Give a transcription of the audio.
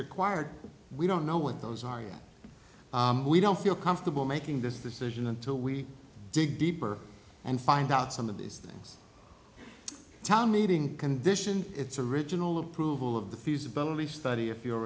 required we don't know what those are yet we don't feel comfortable making this decision until we dig deeper and find out some of these things town meeting condition its original approval of the feasibility study if you